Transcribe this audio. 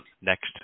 next